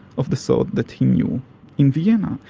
of the sort that he knew in vienna.